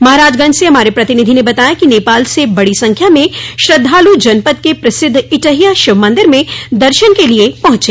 महराजगंज से हमारे प्रतिनिधि ने बताया कि नेपाल से बड़ी संख्या में श्रद्धालु जनपद के प्रसिद्ध इटहिया शिव मंदिर में दर्शनों के लिए पहुंचे